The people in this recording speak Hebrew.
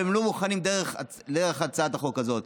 אבל הם לא מוכנים דרך הצעת החוק הזאת.